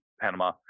Panama